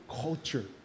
culture